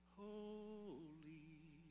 holy